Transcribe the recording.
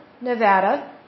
Nevada